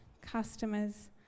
customers